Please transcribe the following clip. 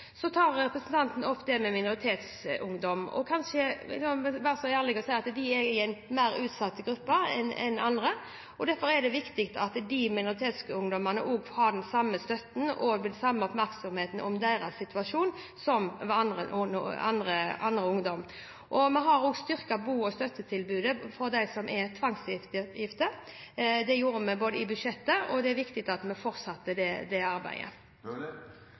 Så tar representanten opp minoritetsungdom. Kanskje skal vi være så ærlige å si at de er en mer utsatt gruppe enn andre. Derfor er det viktig at minoritetsungdommene har den samme støtten og den samme oppmerksomheten om sin situasjon som annen ungdom. Vi har også styrket bo- og støttetilbudet til dem som er tvangsgiftet – det gjorde vi i budsjettet. Det er viktig at vi fortsetter det arbeidet. Jeg takker også for et bra tilleggssvar. I en undersøkelse ved den store videregående skolen jeg besøkte, var det